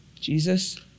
Jesus